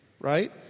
right